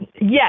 Yes